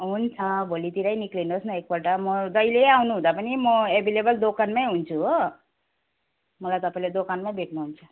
हुन्छ भोलितिरै निक्लिनुहोस् न एकपल्ट म जहिले आउनु हुँदा पनि म एभाइलेबल दोकानमै हुन्छु हो मलाई तपाईँले दोकानमै भेट्नुहुन्छ